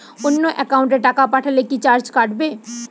অন্য একাউন্টে টাকা পাঠালে কি চার্জ কাটবে?